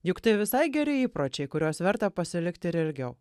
juk tai visai geri įpročiai kuriuos verta pasilikti ir ilgiau